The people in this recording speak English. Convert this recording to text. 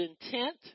intent